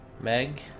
Meg